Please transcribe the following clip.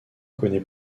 connaît